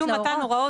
כשרשום מתן הוראות,